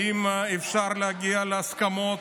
האם אפשר להגיע להסכמות?